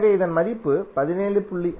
எனவே இதன் மதிப்பு 17